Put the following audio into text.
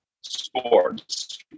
sports